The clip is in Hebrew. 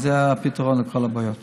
וזה הפתרון לכל הבעיות.